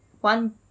one